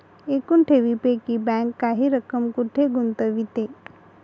एकूण ठेवींपैकी बँक काही रक्कम कुठे गुंतविते?